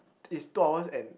it's two hours and